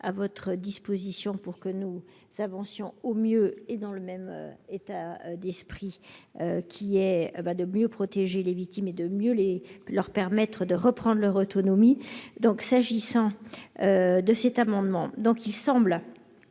à votre disposition initiale, pour que nous avancions au mieux et dans le même état d'esprit : mieux protéger les victimes et leur permettre de reprendre leur autonomie. S'agissant de cet amendement, il semble